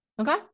Okay